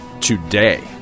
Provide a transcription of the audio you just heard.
today